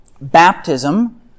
Baptism